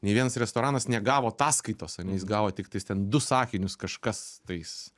nei vienas restoranas negavo ataskaitos ane jis gavo tiktais ten du sakinius kažkas tais